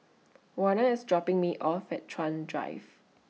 Warner IS dropping Me off At Chuan Drive